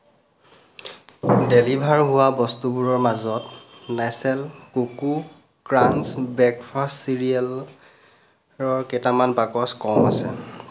deliver হোৱা বস্তুবোৰৰ মাজত নেচেল কোকো ক্ৰাঞ্চ ব্ৰেকফাষ্ট চিৰিয়েলৰ কেইটামান বাকচ কম আছে